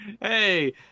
Hey